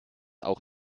auch